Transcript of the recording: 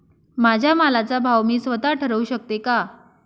माझ्या मालाचा भाव मी स्वत: ठरवू शकते का?